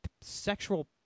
sexual